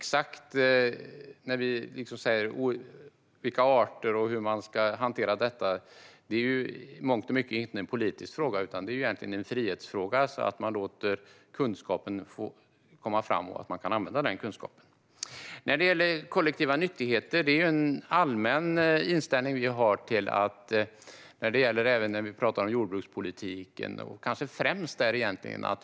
När det gäller vilka arter och hur man ska hantera detta är det i mångt och mycket inte en politisk fråga, utan det är en frihetsfråga så att man låter kunskapen få komma fram och kan använda den kunskapen. När det gäller kollektiva nyttigheter är det en allmän inställning vi har som kanske främst gäller jordbrukspolitiken.